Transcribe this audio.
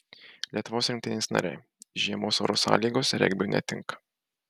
lietuvos rinktinės nariai žiemos oro sąlygos regbiui netinka